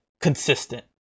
consistent